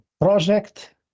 project